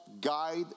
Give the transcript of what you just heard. guide